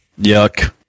Yuck